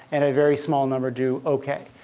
and a very small number do ok.